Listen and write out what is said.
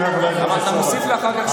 אבל אתה מוסיף לי זמן אחר כך?